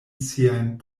siajn